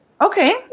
Okay